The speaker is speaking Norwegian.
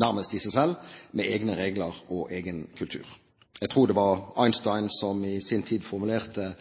nærmest i seg selv med egne regler og egen kultur. Jeg tror det var Einstein som i sin tid formulerte